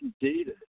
data